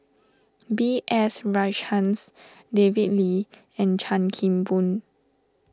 B S Rajhans David Lee and Chan Kim Boon